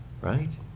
Right